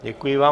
Děkuji vám.